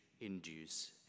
induce